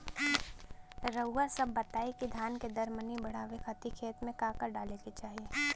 रउआ सभ बताई कि धान के दर मनी बड़ावे खातिर खेत में का का डाले के चाही?